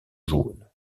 jaune